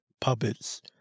puppets